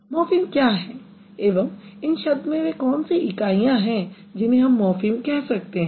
morpheme क्या हैं एवं इन शब्दों में वे कौन सी इकाइयां हाँ जिन्हे हम मॉर्फ़िम कह सकते हैं